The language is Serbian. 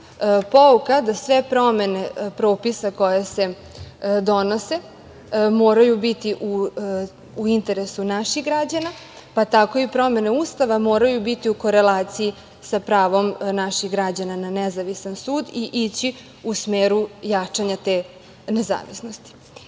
pouka da sve promene propisa koje se donose moraju biti u interesu naših građana, pa tako i promene Ustava moraju biti u koleraciji sa pravom naših građana na nezavistan sud i ići u smeru jačanja te nezavisnosti.